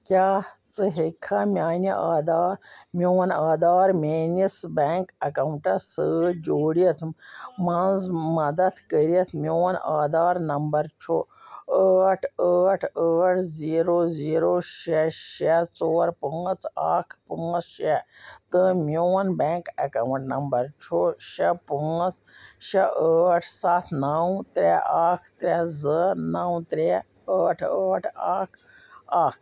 کیٛاہ ژٕ ہیٚککھا میانہِ آدھار میون آدھار میٛٲنِس بینٛک اٮ۪کاوُنٛٹس سۭتۍ جوٗڑِتھ منٛز مدد کٔرِتھ میون آدھار نمبر چھُ ٲٹھ ٲٹھ ٲٹھ زیٖرو زیٖرو شےٚ ژور پانٛژھ اکھ پانٛژھ شےٚ تہٕ میون بیٚنٛک اٮ۪کاوُنٛٹ نمبر چھُ شےٚ پانٛژھ شےٚ ٲٹھ سَتھ نو ترٛےٚ اکھ ترٛےٚ زٕ نو ترٛےٚ ٲٹھ ٲٹھ اکھ اکھ